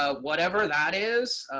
ah whatever that is,